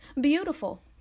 beautiful